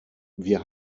wir